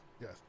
yes